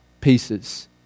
pieces